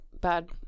bad